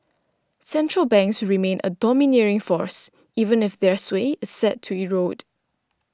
central banks remain a domineering force even if their sway is set to erode